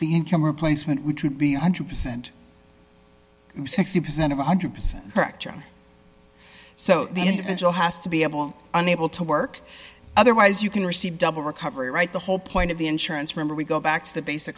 the income replacement would be a one hundred percent sixty percent of one hundred percent correct so the individual has to be able unable to work otherwise you can receive double recovery right the whole point of the insurance remember we go back to the basic